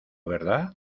verdad